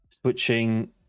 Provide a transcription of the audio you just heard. switching